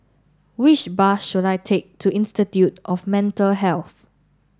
which bus should I take to Institute of Mental Health